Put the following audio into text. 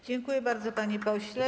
Dziękuję bardzo, panie pośle.